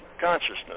consciousness